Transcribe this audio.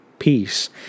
peace